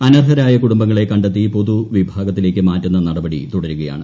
അനർഹരായ കുടുംബങ്ങളെ കണ്ടെത്തി പൊതുവിഭാഗത്തിലേക്ക് മാറ്റുന്ന നടപടി തുടരുകയാണ്